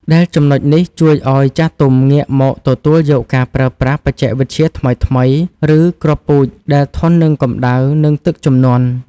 ដែលចំណុចនេះជួយឱ្យចាស់ទុំងាកមកទទួលយកការប្រើប្រាស់បច្ចេកវិទ្យាថ្មីៗ ឬគ្រាប់ពូជដែលធន់នឹងកម្តៅ និងទឹកជំនន់។